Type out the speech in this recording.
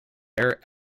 air